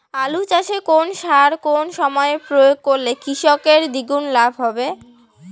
আলু চাষে কোন সার কোন সময়ে প্রয়োগ করলে কৃষকের দ্বিগুণ লাভ হবে?